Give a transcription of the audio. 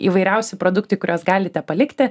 įvairiausi produktai kuriuos galite palikti